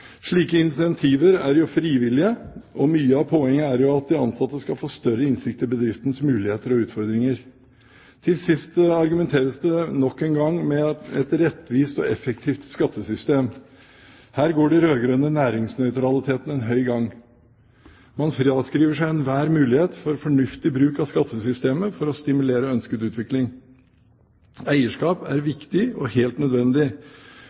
Slike incentiver er jo frivillige, og mye av poenget er jo at de ansatte skal få større innsikt i bedriftens muligheter og utfordringer. Til sist argumenteres det nok en gang med et rettvist og effektivt skattesystem. Her går de rød-grønne næringsnøytraliteten en høy gang. Man fraskriver seg enhver mulighet for fornuftig bruk av skattesystemet for å stimulere ønsket utvikling. Eierskap er viktig og helt nødvendig,